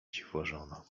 dziwożona